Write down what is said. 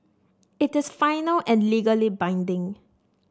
it is final and legally binding